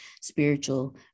spiritual